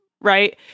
right